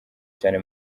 cyane